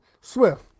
Swift